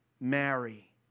Mary